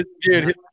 dude